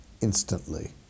instantly